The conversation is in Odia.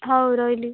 ହଉ ରହିଲି